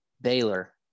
Baylor